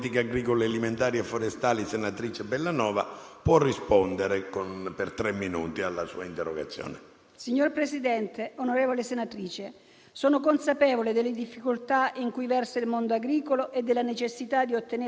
Molte iniziative sono state già intraprese, ma occorre continuare in tale direzione per agevolare quanto più possibile l'intero comparto. In tal senso, per semplificare la documentazione formale che accompagna i piani assicurativi individuali,